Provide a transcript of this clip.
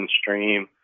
Stream